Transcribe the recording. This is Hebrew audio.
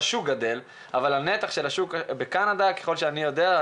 אבל הנתח של השוק בקנדה ככל שאני יודע,